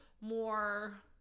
more